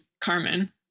Carmen